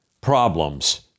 problems